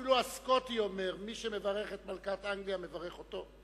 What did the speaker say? אפילו הסקוטי אומר שמי שמברך את מלכת אנגליה מברך אותו,